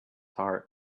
heart